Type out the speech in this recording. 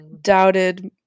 doubted